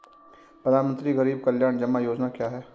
प्रधानमंत्री गरीब कल्याण जमा योजना क्या है?